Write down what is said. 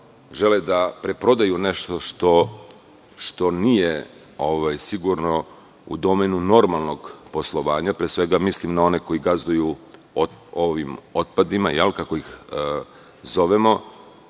žele da preprodaju nešto što nije sigurno u domenu normalnog poslovanja, pre svega mislim na one koji gazduju ovim otpadima, kako ih zovemo,